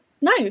No